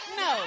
no